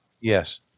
Yes